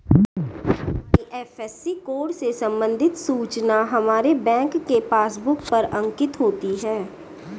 IFSC code से संबंधित सूचना हमारे बैंक के पासबुक पर अंकित होती है